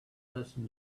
listen